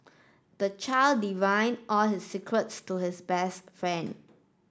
the child divulged all his secrets to his best friend